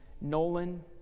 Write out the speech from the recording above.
Nolan